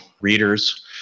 readers